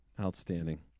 Outstanding